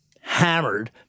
hammered